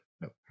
nope